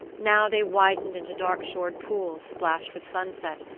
now they widened into dark-shored pools splashed with sunset,